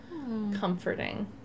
Comforting